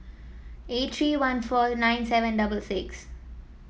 eight three one four nine seven double six